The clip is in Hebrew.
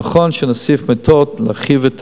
נכון שנוסיף מיטות, נרחיב את